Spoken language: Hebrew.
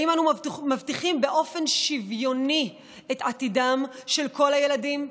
האם אנו מבטיחים באופן שוויוני את עתידם של כל הילדים,